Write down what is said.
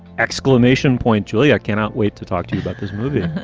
exclamation point. julia, i cannot wait to talk to you about this movie.